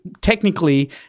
technically